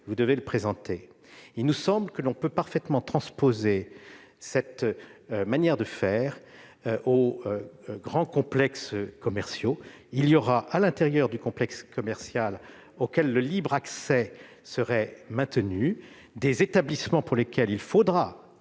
vous devez le présenter. Il nous semble que l'on peut parfaitement transposer cette manière de faire aux grands complexes commerciaux. Il y aura, à l'intérieur du complexe commercial auquel le libre accès serait maintenu, des établissements pour lesquels il faudra